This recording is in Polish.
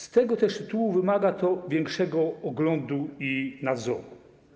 Z tego też tytułu wymaga to większego oglądu i nadzoru.